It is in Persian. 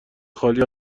خالی